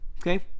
Okay